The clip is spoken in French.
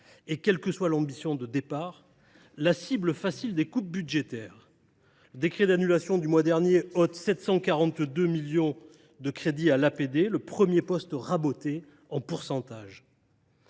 quelle que soit l’ambition de départ, une cible facile pour les coupes budgétaires. Le décret d’annulation de crédits du mois dernier ôte 742 millions d’euros à l’APD, premier poste raboté en pourcentage.